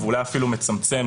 ואולי אפילו מצמצם